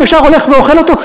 ישר הולך ואוכל אותו,